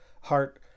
heart